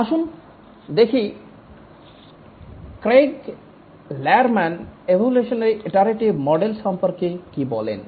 আসুন দেখি Craig Larman evolutionary iterative model সম্পর্কে কি বলেন